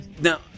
now